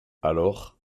alors